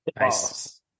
Nice